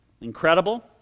Incredible